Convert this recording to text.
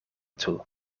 toe